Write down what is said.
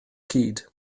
cyd